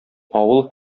авыл